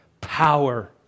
Power